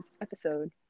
episode